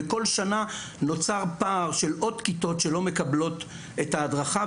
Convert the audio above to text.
וכל שנה נוצר פער של עוד כיתות שלא מקבלות את ההדרכה,